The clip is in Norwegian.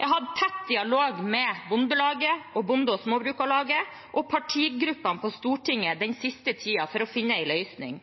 Jeg har hatt tett dialog med Bondelaget og Bonde- og Småbrukarlaget og partigruppene på Stortinget den siste tiden for å finne en løsning.